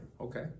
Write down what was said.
Okay